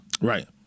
Right